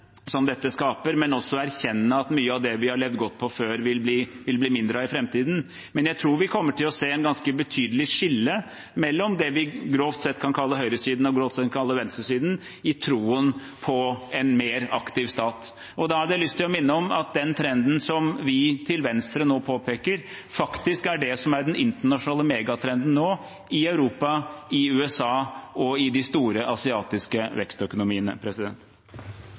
som dette skaper, og også erkjenne at mye av det vi har levd godt på før, vil det bli mindre av i framtiden. Men jeg tror vi kommer til å se et ganske betydelig skille mellom det vi grovt sett kan kalle høyresiden og venstresiden i troen på en mer aktiv stat. Jeg har lyst til å minne om at den trenden som vi til venstre nå påpeker, faktisk er det som er den internasjonale megatrenden nå, i Europa, i USA og i de store asiatiske vekstøkonomiene.